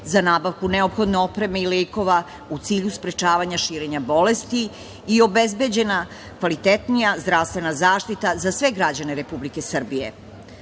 za nabavku neophodne opreme i lekova u cilju sprečavanja širenja bolesti i obezbeđena kvalitetnija zdravstvena zaštita za sve građane Republike Srbije. Ne